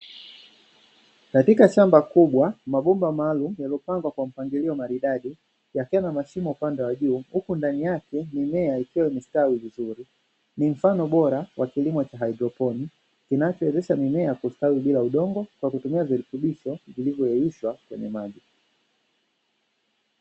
Katika shamba kubwa mabomba maalumu yaliyopangwa kwa mpangilio wa maridadi yakiwa na mashimo upande wa juu, huku ndani yake mimea ikiwa imestawi vizur. Ni mfano bora wa kilimo cha haidroponi kinachowezesha mimea kustawi bila udongo, kutumia virutubisho vilivyoyeyushwa kwenye maji.